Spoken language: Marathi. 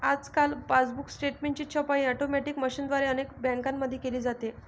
आजकाल पासबुक स्टेटमेंटची छपाई ऑटोमॅटिक मशीनद्वारे अनेक बँकांमध्ये केली जाते